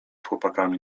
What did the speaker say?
chłopakami